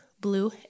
blue